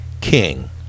king